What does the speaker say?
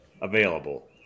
Available